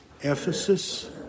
Ephesus